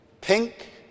pink